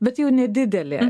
bet jau nedidelė